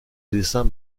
dessins